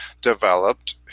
developed